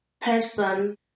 person